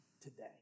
today